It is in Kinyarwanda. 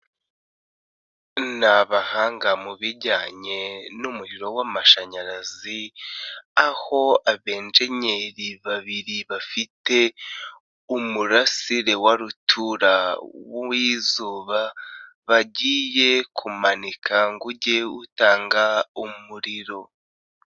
Ni abahanga mu bijyanye n'umuriro w'amashanyarazi, aho abenjenyeri babiri bafite umurasire wa rutura w'izuba bagiye kumanika ngo uge utanga umuriro.